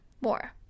more